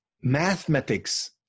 mathematics